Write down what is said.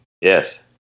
Yes